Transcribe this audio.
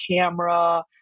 camera